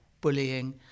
bullying